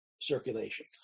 circulation